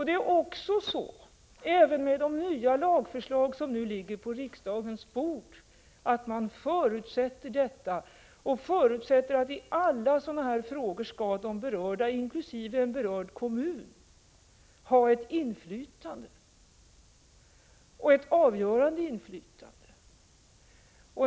Det är också så — detta gäller även de nya lagförslag som ligger på riksdagens bord — att det i alla sådana här frågor förutsätts att de berörda, inkl. ifrågavarande kommuner, skall ha ett avgörande inflytande.